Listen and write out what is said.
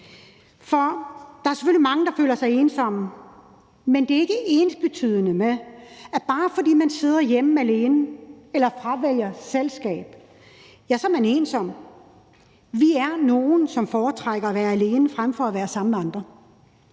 For der er selvfølgelig mange, der føler sig ensomme, men det er ikke ensbetydende med, at bare fordi man sidder alene derhjemme eller fravælger selskab, så er man ensom. Vi er nogle, som foretrækker at være alene frem for at være sammen med andre.